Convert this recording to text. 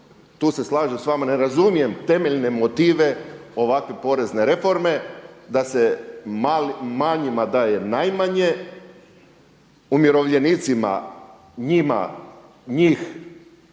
tu se slažem sa vama, ne razumijem temeljne motive ovakve porezne reforme da se manjima daje najmanje, umirovljenicima njima